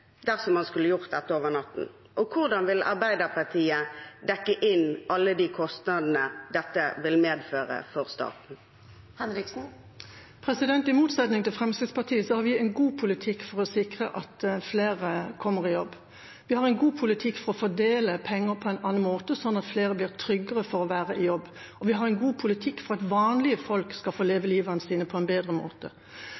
dersom man skulle gjort dette over natten? Og hvordan vil Arbeiderpartiet dekke inn alle de kostnadene dette vil medføre for staten? I motsetning til Fremskrittspartiet har vi en god politikk for å sikre at flere kommer i jobb. Vi har en god politikk for å fordele penger på en annen måte, sånn at flere blir tryggere for å være i jobb. Og vi har en god politikk for at vanlige folk skal få